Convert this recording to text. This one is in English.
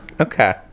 okay